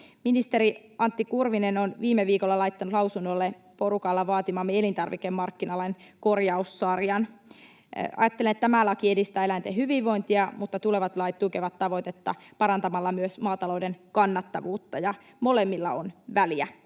Ministeri Antti Kurvinen on viime viikolla laittanut lausunnolle porukalla vaatimamme elintarvikemarkkinalain korjaussarjan. Ajattelen, että tämä laki edistää eläinten hyvinvointia, mutta tulevat lait tukevat tavoitetta parantamalla myös maatalouden kannattavuutta, ja molemmilla on väliä